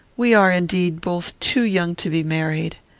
we are, indeed, both too young to be married.